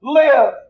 live